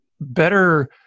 better